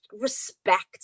respect